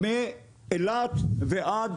אנחנו נבטח אותך לשאר הדברים --- בשבילי זה כאילו לא מבטחים.